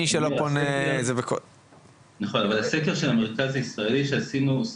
אבל הסקר של המרכז הישראלי שעשינו היה